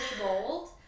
bold